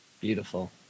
Beautiful